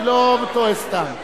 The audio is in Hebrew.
אני לא טועה סתם,